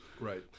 Right